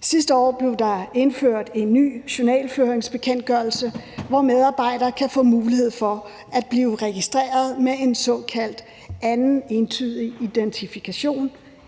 Sidste år blev der indført en ny journalføringsbekendtgørelse, hvor medarbejdere kan få mulighed for at blive registreret med en såkaldt anden entydig identifikation